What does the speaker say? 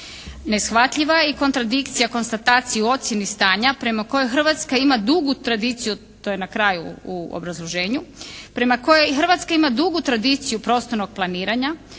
Neshvatljiva je i kontradikcija konstataciji u ocjeni stanja prema kojoj Hrvatska ima dugu tradiciju to je na kraju u obrazloženju, prema kojoj Hrvatska ima dugu tradiciju prostornog planiranja.